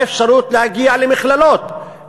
באפשרות להגיע למכללות,